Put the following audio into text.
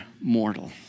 mortal